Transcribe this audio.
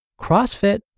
CrossFit